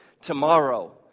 tomorrow